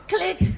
Click